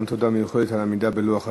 תודה מיוחדת גם על העמידה בלוח הזמנים.